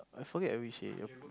I forgot at which area